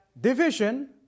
division